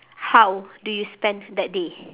how do you spend that day